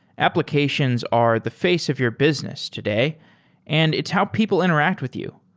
applications are the face of your business today and it's how people interact with you.